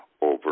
over